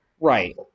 right